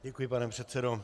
Děkuji, pane předsedo.